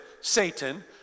Satan